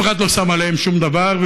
אף אחד לא שם עליהם שום דבר,